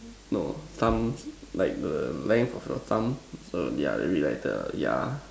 no some like the length of your thumb no their maybe like the ya